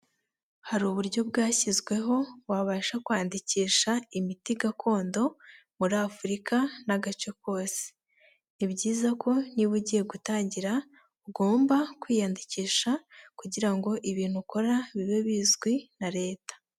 Hari uburyo bwashyizweho wabasha kwandikisha imiti gakondo muri Afurika n'agace kose, ni byiza ko niba ugiye gutangira ugomba kwiyandikisha kugira ngo ibintu ukora bibe bizwi na leta.